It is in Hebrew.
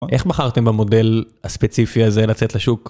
איך בחרתם במודל הספציפי הזה לצאת לשוק?